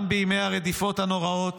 גם בימי הרדיפות הנוראות